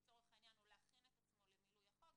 לצורך העניין להכין את עצמו למילוי החוק,